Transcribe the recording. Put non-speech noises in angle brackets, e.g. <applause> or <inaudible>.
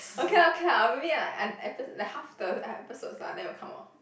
okay lah okay lah or maybe like <noise> like half the episode ah then will come out